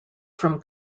from